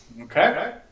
Okay